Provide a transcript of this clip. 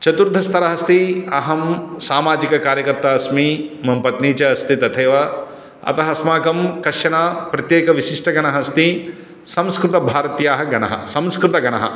चतुर्थस्तरः अस्ति अहं सामाजिककार्यकर्ता अस्मि मम पत्नी च अस्ति तथैव अतः अस्माकं कश्चन प्रत्येकविशिष्टगणः अस्ति संस्कृतभारत्याः गणः संस्कृतगणः